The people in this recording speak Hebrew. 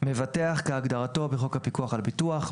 "מבטח" כהגדרתו בחוק הפיקוח על הביטוח;